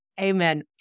Amen